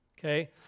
okay